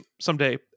someday